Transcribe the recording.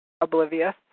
oblivious